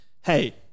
Hey